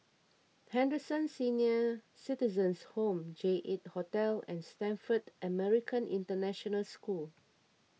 Henderson Senior Citizens' Home J eight Hotel and Stamford American International School